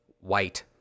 white